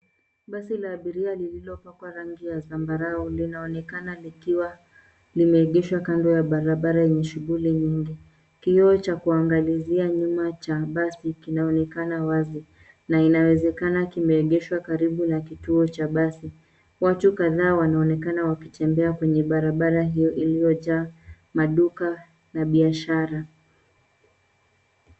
Basi la abiria lililopakwa rangi ya zambarau linaonekana likiwa limeegishwa kando ya barabara yenye shughuli nyingi. Kioo cha kuangalizia nyuma cha basi kinaonekana wazi na inawezekana kimeegeshwa karibu na kituo cha basi. Watu kadhaa wanaonekana wakitembea kwenye barabara hiyo iliyojaa maduka na biashara.